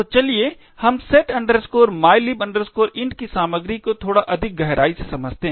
तो चलिए हम set mylib int की सामग्री को थोड़ा अधिक गहराई से समझते हैं